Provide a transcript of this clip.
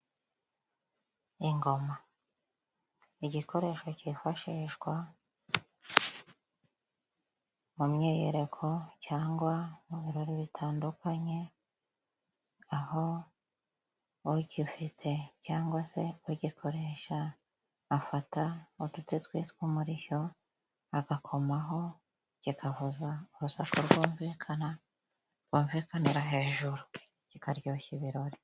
Ingoma ni igikoresho cyifashishwa mu myiyereko cyangwa mu birori bitandukanye， aho ugifite cyangwa se ugikoresha， afata uduti twitwa umurishyo，agakomaho kikavuza urusaku rwumvikana，rwumvikanira hejuru kikaryoshya ibirori.